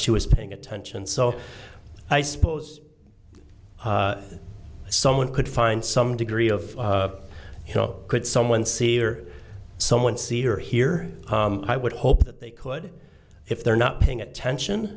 she was paying attention so i suppose someone could find some degree of you know could someone see or someone see or hear i would hope that they could if they're not paying attention